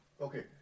okay